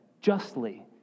justly